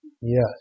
Yes